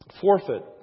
forfeit